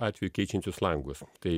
atveju keičiančius langus tai